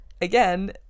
again